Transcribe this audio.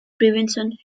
prevention